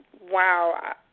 wow